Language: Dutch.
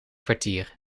kwartier